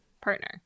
partner